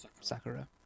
Sakura